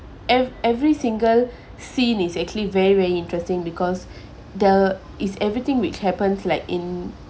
ev~ every single scene is actually very very interesting because the it's everything which happens like in